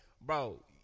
bro